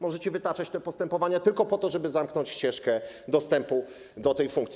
Możecie wytaczać te postępowania tylko po to, żeby zamknąć ścieżkę dostępu do tej funkcji.